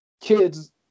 kids